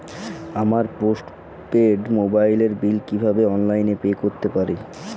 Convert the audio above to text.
আমার postpaid মোবাইলের bill কীভাবে অনলাইনে পে করতে পারি?